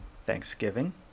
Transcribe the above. Thanksgiving